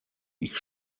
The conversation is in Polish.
ich